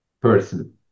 person